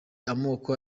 amoko